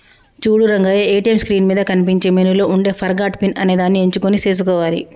చూడు Rangayya ATM screen మీద కనిపించే మెనూలో ఉండే ఫర్గాట్ పిన్ అనేదాన్ని ఎంచుకొని సేసుకోవాలి